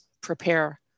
prepare